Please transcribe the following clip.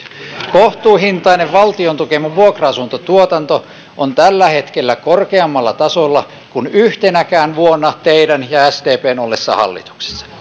kohtuuhintainen valtion tukema vuokra asuntotuotanto on tällä hetkellä korkeammalla tasolla kuin yhtenäkään vuonna teidän ja sdpn ollessa hallituksessa